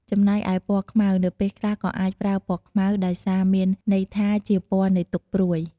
ចំណែកឯពណ៌ខ្មៅ នៅពេលខ្លះក៏អាចប្រើពណ៌ខ្មៅ ដោយសារមានន័យថាជាពណ៌នៃទុក្ខព្រួយ។